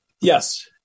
Yes